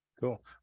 Cool